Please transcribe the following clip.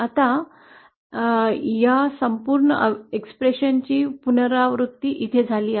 आता या संपूर्ण अभिव्यक्तीची पुनरावृत्ती इथे झाली आहे